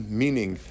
meaning